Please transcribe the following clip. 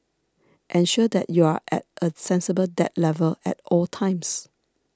ensure that you are at a sensible debt level at all times